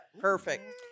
Perfect